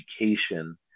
education